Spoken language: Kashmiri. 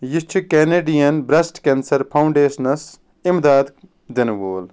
یہ چھُ کیٚنیڈین برٛیٚسٹ کیٚنسر فاونٛڈیشنَس امداد دِنہٕ وول